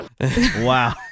Wow